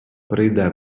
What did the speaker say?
прийде